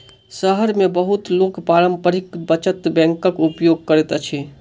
शहर मे बहुत लोक पारस्परिक बचत बैंकक उपयोग करैत अछि